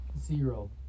zero